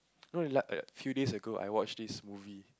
no like few days ago I watch this movie